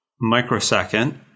microsecond